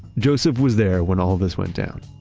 joseph was there when all of this went down.